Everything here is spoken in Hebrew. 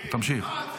תמשיך.